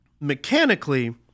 mechanically